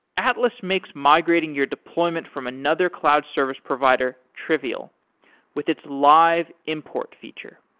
atlas makes migrating your deployment from another cloud service provider trivial with its live import feature